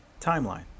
timeline